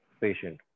patient